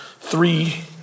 Three